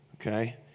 Okay